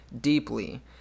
deeply